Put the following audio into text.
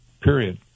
period